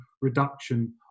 reduction